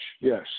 yes